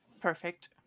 Perfect